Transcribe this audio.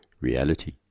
reality